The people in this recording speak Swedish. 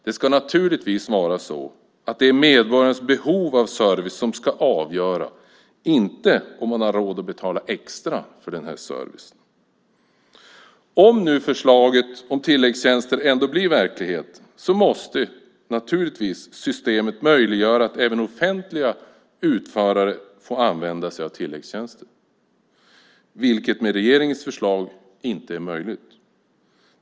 Det ska naturligtvis vara medborgarnas behov av service som ska avgöra, och inte om man har råd att betala extra för denna service. Om nu förslaget om tilläggstjänster ändå blir verklighet måste systemet naturligtvis möjliggöra att även offentliga utförare får använda sig av tilläggstjänster, vilket med regeringens förslag inte är möjligt.